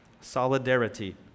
Solidarity